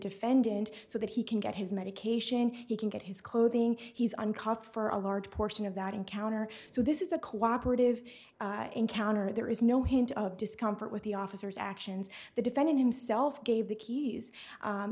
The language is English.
defendant so that he can get his medication he can get his clothing he's on cost for a large portion of that encounter so this is a cooperative encounter there is no hint of discomfort with the officer's actions the defendant himself gave the keys